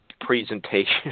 presentation